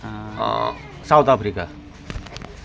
south Africa